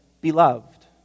beloved